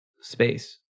space